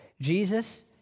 Jesus